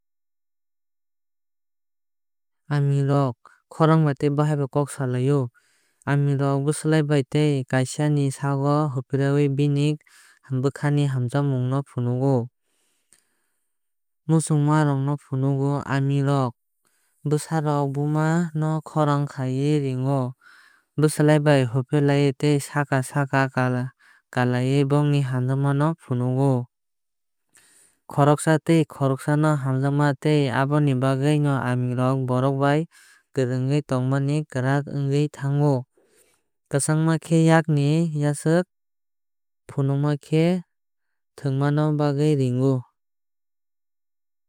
Aaming rok khorang tei baahaai bai kok salaio. Aaming rok bwslai bai tai kaaisa ni saago hupreui bini bwkhani hamjaakmung phunugo. Khorang kotor khai chirikhókmarok bongni muchungmarokno phunugo. Aaming bwsa rok buma no khorang khaiui ringo. Bwslai bai huprelaui tei saka saka kalaaiui bongni hamjaakma no phunugo. Khoroksa tei khoroksano hamjakma bai tei aboni bagwi no aaming rok borok bai kwrwngwi tongmani kwrak wngwi thango. Kwchangma khe yakni yakchu phunukma khe thwngna bagwi ringo.